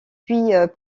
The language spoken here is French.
puis